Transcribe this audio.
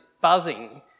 buzzing